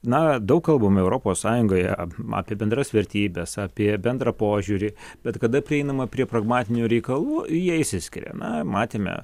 na daug kalbame europos sąjungoje apie bendras vertybes apie bendrą požiūrį bet kada prieinama prie pragmatinių reikalų jie išsiskiria na matėme